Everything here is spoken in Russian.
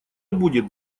будет